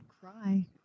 cry